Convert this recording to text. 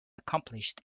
accomplished